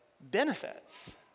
benefits